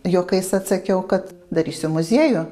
juokais atsakiau kad darysiu muziejų